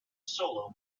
solo